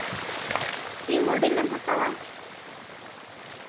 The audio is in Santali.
ᱪᱮᱫ ᱢᱳᱰᱮᱞ ᱮᱢ ᱦᱟᱛᱟᱣᱟ